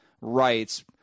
rights